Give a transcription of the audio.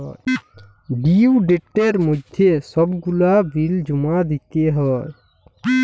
due ডেটের মইধ্যে ছব গুলা বিল জমা দিতে হ্যয়